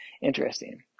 interesting